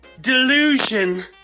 Delusion